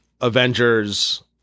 Avengers